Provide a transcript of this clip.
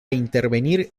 intervenir